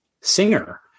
singer